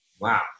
wow